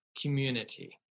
community